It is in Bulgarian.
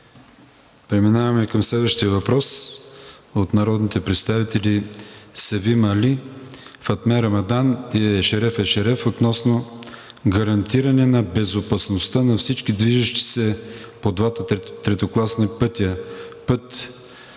Преминаваме към следващия въпрос от народните представители Севим Али, Фатме Рамадан и Ешереф Ешереф относно гарантиране на безопасността на всички движещи се по двата третокласни пътя